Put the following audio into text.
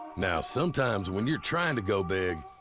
now, sometimes, when you're trying to go big,